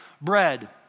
Bread